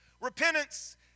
Repentance